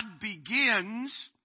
begins